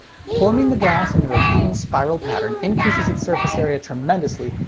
forming the glass in a repeating spiral pattern increases its surface area tremendously,